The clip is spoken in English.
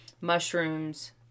Mushrooms